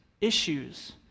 issues